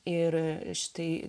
ir štai